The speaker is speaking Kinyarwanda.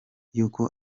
y’uko